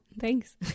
Thanks